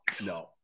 no